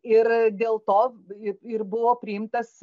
ir dėl to i ir buvo priimtas